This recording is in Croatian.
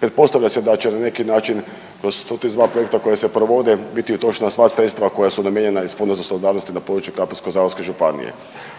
Pretpostavlja se da će na neki način kroz 132 projekta koji se provode biti utrošena sva sredstva koja su namijenjena iz Fonda solidarnosti na području Krapinsko-zagorske županije,